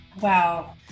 Wow